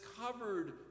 covered